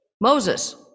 Moses